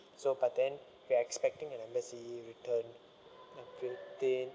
so but then we're expecting the embassy return